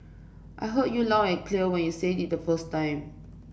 I heard you loud and clear when you said it the first time